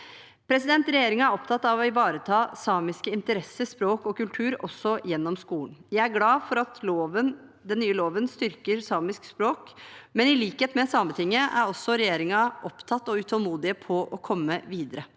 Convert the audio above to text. oppstår. Regjeringen er opptatt av å ivareta samiske interesser, språk og kultur også gjennom skolen. Jeg er glad for at den nye loven styrker samisk språk, men i likhet med Sametinget er også regjeringen opptatt av og utålmodig etter å komme videre.